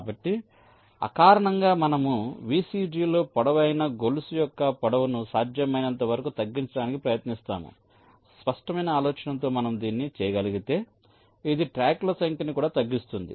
కాబట్టి అకారణంగా మేము VCG లో పొడవైన గొలుసు యొక్క పొడవును సాధ్యమైనంతవరకు తగ్గించడానికి ప్రయత్నిస్తాము స్పష్టమైన ఆలోచనతో మనం దీన్ని చేయగలిగితే ఇది ట్రాక్ల సంఖ్యను కూడా తగ్గిస్తుంది